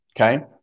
Okay